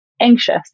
anxious